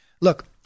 Look